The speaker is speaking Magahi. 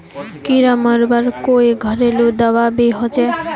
कीड़ा मरवार कोई घरेलू दाबा भी होचए?